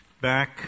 back